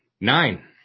nine